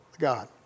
God